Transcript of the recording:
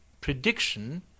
prediction